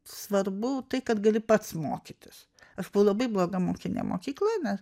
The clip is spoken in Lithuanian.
svarbu tai kad gali pats mokytis aš labai bloga mokinė mokykloje nes